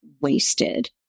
wasted